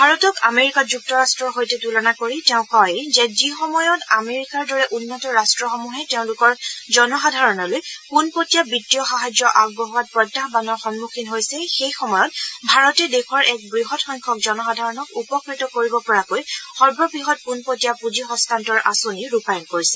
ভাৰতক আমেৰিকা যুক্তৰট্টৰ সৈতে তুলনা কৰি তেওঁ কয় যে যিসময়ত আমেৰিকাৰ দৰে উন্নত ৰাট্টসমূহে তেওঁলোকৰ জনসাধাৰণলৈ পোনপটীয়া বিত্তীয় সাহাৰ্য আগবঢ়োৱাত প্ৰত্যাহানৰ সন্মুখীন হৈছে সেইসময়ত ভাৰতে দেশৰ এক বৃহৎ সংখ্যক জনসাধাৰণক উপকৃত কৰিব পৰাকৈ সৰ্ববৃহৎ পোনপটীয়া পুঁজি হস্তান্তৰ আঁচনি ৰূপায়ণ কৰিছে